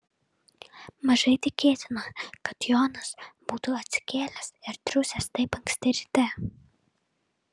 mažai tikėtina kad jonas būtų atsikėlęs ir triūsęs taip anksti ryte